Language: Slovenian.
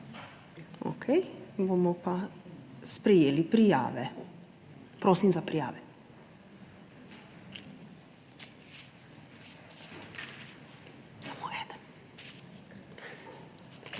Okej, bomo pa sprejeli prijave. Prosim za prijave. Gospod